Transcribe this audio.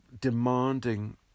demanding